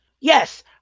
yes